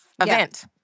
event